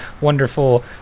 wonderful